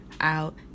out